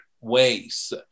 ways